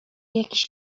jakiś